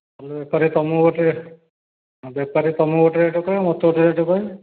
ବେପାରୀ ତୁମକୁ ଗୋଟେ ବେପାରୀ ତୁମକୁ ଗୋଟେ ରେଟ୍ କହିବେ ମୋତେ ଗୋଟେ ରେଟ୍ କହିବେ